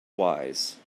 wise